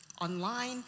online